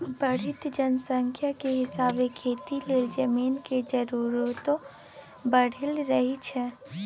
बढ़इत जनसंख्या के हिसाबे खेती लेल जमीन के जरूरतो बइढ़ रहल छइ